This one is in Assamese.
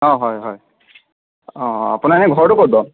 অঁ হয় হয় আপোনাৰ সেই ঘৰটো ক'ত বাৰু